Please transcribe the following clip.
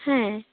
হ্যাঁ